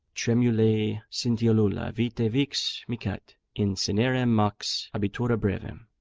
tremulae scintillula vitae vix micat, in cinerem mox abitura brevem.